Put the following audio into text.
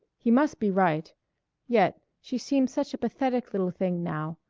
he must be right yet, she seemed such a pathetic little thing now,